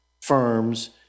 firms